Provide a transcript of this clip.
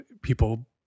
people